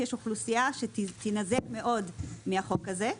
שיש אוכלוסייה שתינזק מאוד מהחוק הזה.